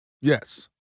Yes